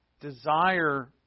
desire